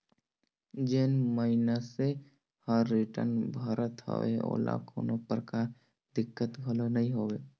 जेन मइनसे हर रिटर्न भरत हवे ओला कोनो परकार दिक्कत घलो नइ होवे